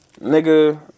nigga